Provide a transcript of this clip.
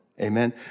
Amen